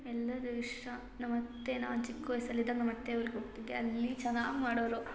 ಎಲ್ಲವೂ ಇಷ್ಟ ನಮ್ಮ ಅತ್ತೆ ನಾವು ಚಿಕ್ಕ ವಯ್ಸಲ್ಲಿದ್ದಾಗ ನಮ್ಮ ಅತ್ತೆ ಊರಿಗೆ ಹೋಗ್ತಿದ್ದೆ ಅಲ್ಲಿ ಚೆನ್ನಾಗಿ ಮಾಡೋರು